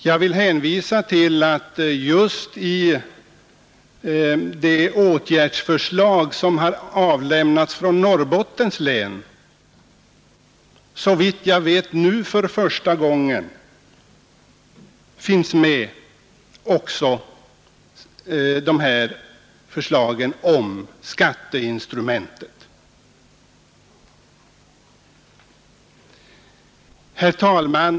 Jag vill hänvisa till att dessa förslag om skatteinstrumentet finns med — såvitt jag vet nu för första gången — just i de åtgärdsförslag som avlämnats från Norrbottens län. Herr talman!